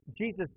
Jesus